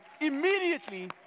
immediately